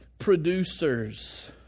Producers